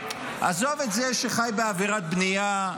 עזוב את זה שחי בעבירת בנייה,